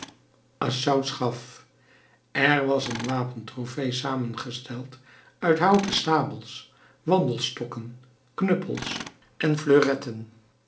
assauts gaf er was een wapentrofee samengesteld uit houten sabels wandelstokken knuppels en